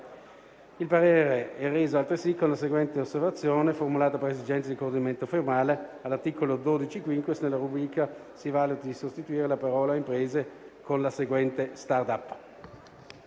Il parere è reso altresì con la seguente osservazione, formulata per esigenze di coordinamento formale: all'articolo 12*-quinquies,* nella rubrica, si valuti di sostituire la parola: "imprese" con la seguente: "*start-up*".».